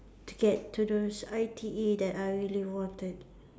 to get to those I_T_E that I really wanted